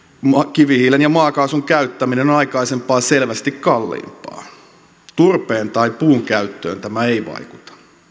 kivihiilen ja maakaasun käyttäminen on aikaisempaa selvästi kalliimpaa turpeen tai puun käyttöön tämä ei vaikuta